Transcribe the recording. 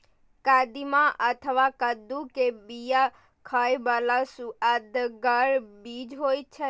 कदीमा अथवा कद्दू के बिया खाइ बला सुअदगर बीज होइ छै